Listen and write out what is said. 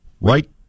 right